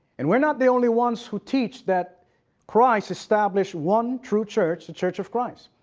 and we're not the only ones who teach that christ established one true church, church of christ.